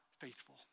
faithful